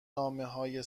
نامههای